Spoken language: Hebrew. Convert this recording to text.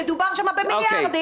שדובר שם במיליארדים,